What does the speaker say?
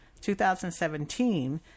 2017